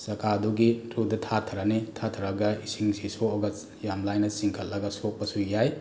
ꯆꯀꯥꯗꯨꯒꯤ ꯊ꯭ꯔꯨꯗ ꯊꯥꯊꯔꯅꯤ ꯊꯥꯊꯔꯒ ꯏꯁꯤꯁꯦ ꯁꯣꯛꯑꯒ ꯌꯥꯝ ꯂꯥꯏꯅ ꯆꯤꯡꯈꯠꯂꯒ ꯁꯣꯛꯄꯁꯨ ꯌꯥꯏ